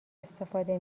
استفاده